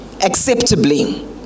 acceptably